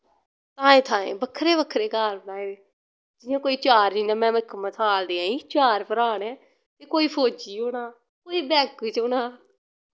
थाएं थाएं बक्खरे बक्खरे घर बनाए दे जियां कोई चार जियां में इक मसाल देआ निं चार भ्राऽ नै ते कोई फौजी होना कोई बैंक च होना